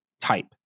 type